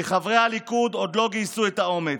כי חברי הליכוד עוד לא גייסו את האומץ.